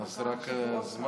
אז רק הזמן,